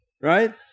Right